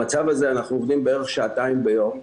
במצב הזה אנחנו עובדים בערך שעתיים ביום,